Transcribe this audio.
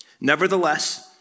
Nevertheless